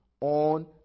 on